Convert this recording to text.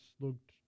looked